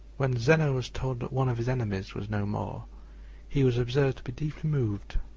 when zeno was told that one of his enemies was no more he was observed to be deeply moved.